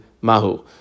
mahu